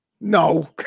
No